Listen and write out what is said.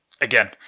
again